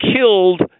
killed